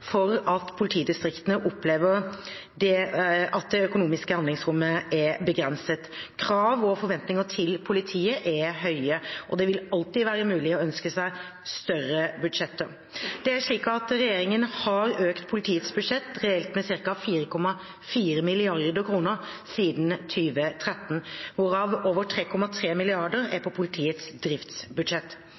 for at politidistriktene opplever at det økonomiske handlingsrommet er begrenset. Krav og forventninger til politiet er høye. Det vil alltid være mulig å ønske seg større budsjetter. Regjeringen har økt politiets budsjett reelt med ca. 4,4 mrd. kr siden 2013, hvorav over 3,3 mrd. kr er på politiets driftsbudsjett.